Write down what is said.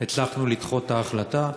הצלחנו לדחות את ההחלטה,